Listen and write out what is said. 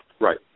Right